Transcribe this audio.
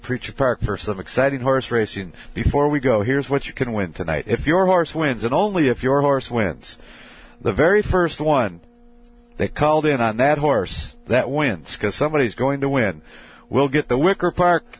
preacher park for some exciting horse racing before we go here's what you can win tonight if your horse wins and only if your horse went the very first one they called in on that horse that wins because somebody is going to win will get the wicker park